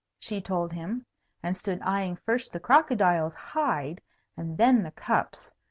she told him and stood eyeing first the crocodile's hide and then the cups,